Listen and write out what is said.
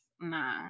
Nah